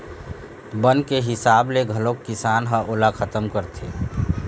बन के हिसाब ले घलोक किसान ह ओला खतम करथे